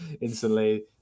instantly